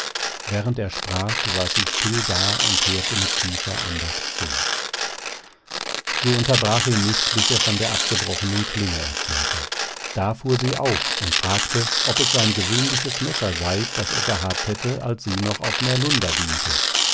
während er sprach saß sie still da und hörte mit tiefer andacht zu sie unterbrach ihn nicht bis er von der abgebrochnen klinge erzählte da fuhr sie auf und fragte ob es sein gewöhnliches messer sei das er gehabt hätte als sie noch auf närlunda diente